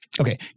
Okay